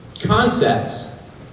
concepts